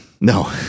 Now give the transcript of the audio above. No